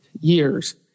years